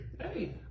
hey